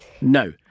No